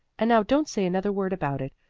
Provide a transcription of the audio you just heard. and now don't say another word about it,